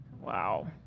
Wow